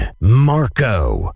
Marco